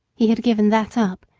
he had given that up,